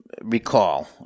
recall